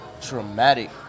traumatic